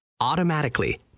Automatically